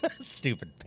Stupid